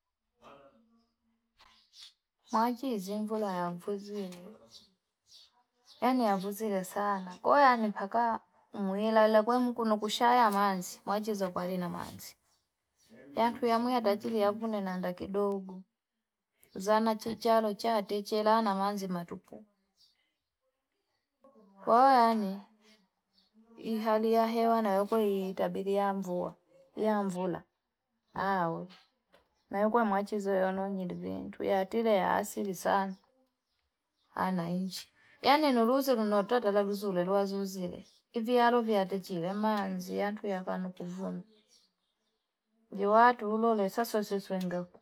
Mwachi izimbula ya mfuziri. Heni ya mfuziri sana. Kwaya ni faka umuila. La kwaya mkunu kushaya manzi. Mwachi zokwalina manzi. Yantu ya mwia tachili ya vune na nakidogo. Mzana chichalo cha tachila na manzi matupu. Kwa hiyo yani i hali ya hewa na yuko itabiri ya mvula. Awee na yuko mwachi zoye ono njidivi. Yatire ya asili sana. Anayinchi. Yane nuruziri, nurutata la ruzuri, lua zuziri. Ivi arovi ya tachile manzi. Yantu ya kwanu kufumi. Nji watu hulole sasosiswe ngavu.